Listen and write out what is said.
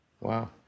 wow